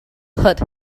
heard